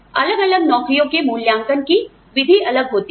अलग अलग नौकरियों के मूल्यांकन की विधि अलग होती है